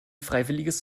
freiwilliges